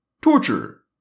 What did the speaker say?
Torture